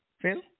Phil